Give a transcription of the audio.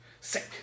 sick